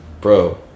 Bro